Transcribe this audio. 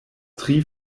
tri